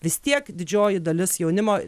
vis tiek didžioji dalis jaunimo